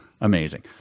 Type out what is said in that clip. Amazing